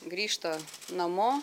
grįžta namo